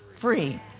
free